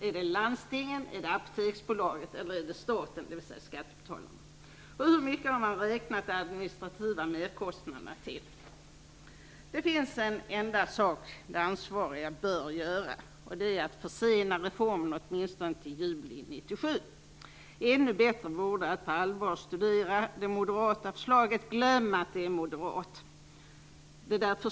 Är det landstinget, Apoteksbolaget eller staten, dvs. skattebetalarna? Hur mycket har man beräknat de administrativa merkostnaderna till? Det finns en enda sak som de ansvariga bör göra, och det är att försena reformen åtminstone till juli 97. Ännu bättre vore det att på allvar studera det moderata förslaget. Glöm att det är moderat.